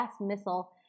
missile